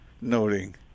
noting